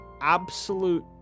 absolute